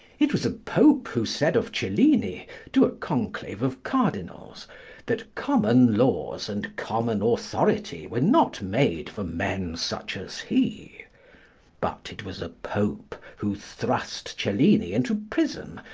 it was a pope who said of cellini to a conclave of cardinals that common laws and common authority were not made for men such as he but it was a pope who thrust cellini into prison,